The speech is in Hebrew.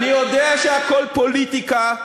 אני יודע שהכול פוליטיקה,